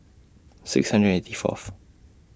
six hundred eighty Fourth